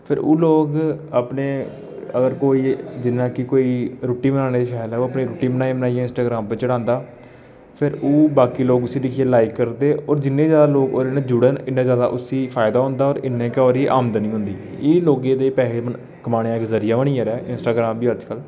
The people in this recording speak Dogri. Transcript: फिर ओह् लोग अपने अगर कोई जियां कि कोई रुट्टी बनाने ई शैल ऐ ते ओह् रुट्टी बनाई बनाइयै इंस्टाग्राम पर चढ़ांदा फिर ओह् बाकी लोक उसी दिक्खियै लाईक करदे होर जिन्ने जैदा लोग ओह्दे नै जुड़े दे न उन्ने जैदा उसी फायदा होंदा और इन्नी गै ओह्दी औंदन होंदी एह् लोकें दे पैसे कमाने दा इक जरिया बनी गेदा इंस्टाग्राम बी अजकल